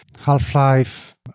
Half-Life